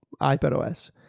iPadOS